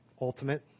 ultimate